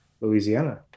Louisiana